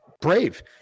brave